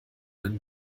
dann